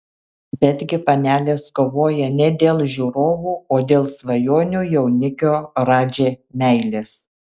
betgi panelės kovoja ne dėl žiūrovų o dėl svajonių jaunikio radži meilės